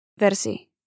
Versi